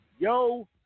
Yo